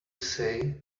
say